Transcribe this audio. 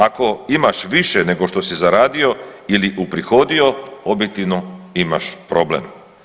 Ako imaš više nego što si zaradio ili uprihodio, objektivno imaš problem.